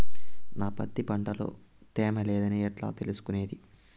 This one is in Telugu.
నా పత్తి పంట లో తేమ లేదని ఎట్లా తెలుసుకునేది?